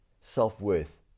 self-worth